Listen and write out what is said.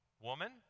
Woman